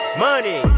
money